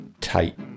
tight